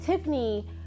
Tiffany